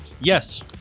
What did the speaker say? Yes